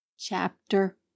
Chapter